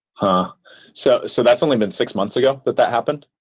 ah so so that's only been six months ago that that happened?